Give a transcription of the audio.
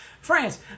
France